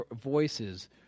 voices